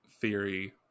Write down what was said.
theory